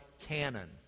canon